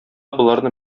боларны